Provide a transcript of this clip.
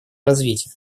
развитие